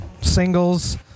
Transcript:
singles